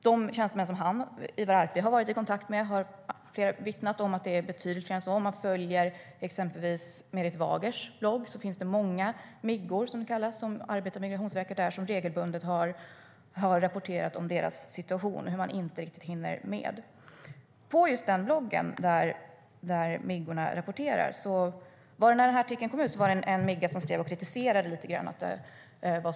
De tjänstemän som Ivar Arpi har varit i kontakt med har vittnat om att det är betydligt fler. På exempelvis Merit Wagers blogg har många "miggor", som de som arbetar på Migrationsverket kallas där, regelbundet rapporterat om sin situation och hur de inte riktigt hinner med. När Arpis artikel kom ut kritiserade en "migga" den lite grann, på just den blogg där "miggorna" rapporterar.